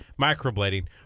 microblading